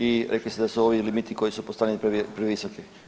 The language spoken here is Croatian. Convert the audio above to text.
I rekli su da su ovi limiti koji su postavljeni previsoki.